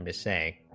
and say